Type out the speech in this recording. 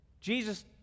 Jesus